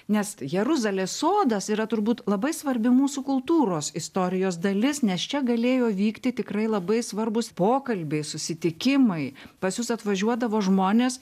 nes jeruzalės sodas yra turbūt labai svarbi mūsų kultūros istorijos dalis nes čia galėjo vykti tikrai labai svarbūs pokalbiai susitikimai pas jus atvažiuodavo žmonės